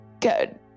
good